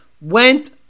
went